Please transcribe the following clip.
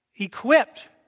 Equipped